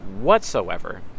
whatsoever